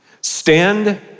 Stand